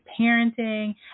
parenting